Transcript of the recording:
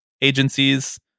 agencies